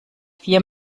vier